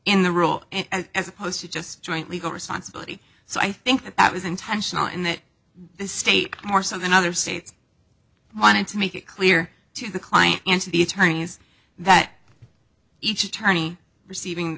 in the role as opposed to just joint legal responsibility so i think that that was intentional and that the state more so than other states wanted to make it clear to the client and to the attorneys that each attorney receiving